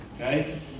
okay